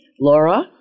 Laura